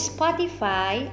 Spotify